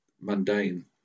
mundane